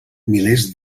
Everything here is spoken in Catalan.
milers